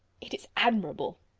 it is admirable!